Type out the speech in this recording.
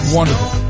Wonderful